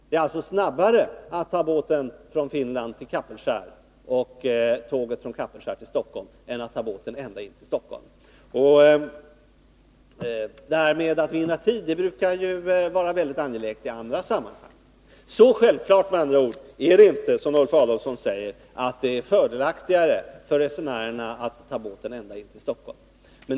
Det går snabbare att ta båten från Finland till Kapellskär och tåg från Kapellskär till Stockholm än att ta båten ända in till Stockholm, och att vinna tid brukar ju vara angeläget i andra sammanhang. Det är med andra ord inte så självklart att det - som Ulf Adelsohn säger — är fördelaktigare för resenärerna att ta båten ända in till Stockholm.